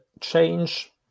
change